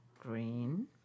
Green